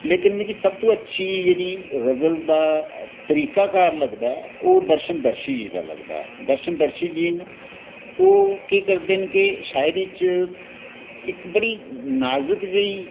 पर मिगी सब तू अच्छी जेह्ड़ी गज़ल दा तरीकाकार जेह्ड़ा अच्छा लगदा ऐ ओह् दर्शन दर्शी हुंदा लगदा ऐ दर्शन दर्शी जी न ओह् केह् करदे न कि शायरी च इक्क बड़ी नाजुक जेही न